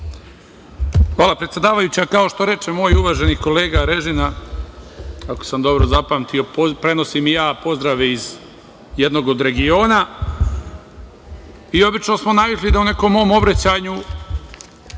Hvala, predsedavajuća. Kao što reče moj uvaženi kolega Režina, ako sam dobro zapamtio, prenosim i ja pozdrave iz jednog od regiona. Obično smo navikli da u nekom mom obraćanju